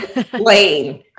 plain